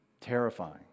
Terrifying